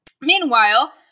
Meanwhile